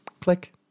click